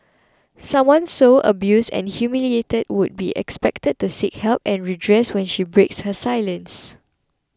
someone so abused and humiliated would be expected to seek help and redress when she breaks her silence